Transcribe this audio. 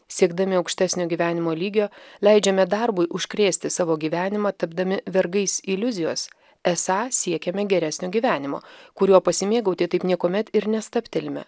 siekdami aukštesnio gyvenimo lygio leidžiame darbui užkrėsti savo gyvenimą tapdami vergais iliuzijos esą siekiame geresnio gyvenimo kuriuo pasimėgauti taip niekuomet ir nestabtelime